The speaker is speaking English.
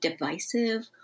divisive